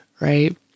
right